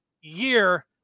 year